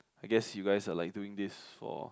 I guess you guys are like doing this for